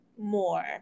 more